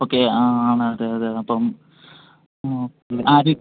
okay ആ ആണ് അതെ അതെ അപ്പം